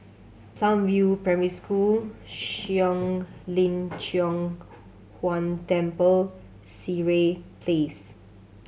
Palm View Primary School Shuang Lin Cheng Huang Temple Sireh Place